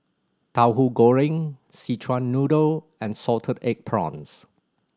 Tauhu Goreng Szechuan Noodle and salted egg prawns